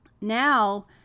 Now